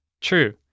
True